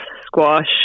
squash